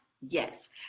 yes